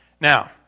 Now